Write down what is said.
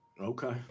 Okay